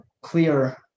clear